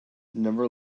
never